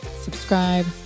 subscribe